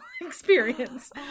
experience